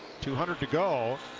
two hundred to go.